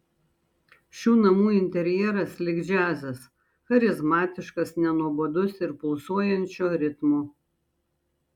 šių namų interjeras lyg džiazas charizmatiškas nenuobodus ir pulsuojančio ritmo